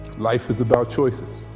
life is about choices.